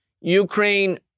Ukraine